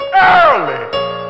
early